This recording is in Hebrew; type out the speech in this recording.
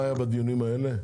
בדיונים האלה?